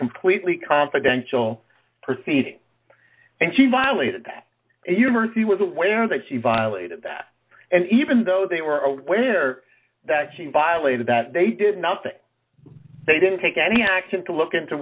completely confidential proceeding and she violated that university was aware that she violated that and even though they were aware that she violated that they did nothing they didn't take any action to look into